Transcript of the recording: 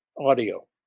audio